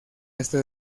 este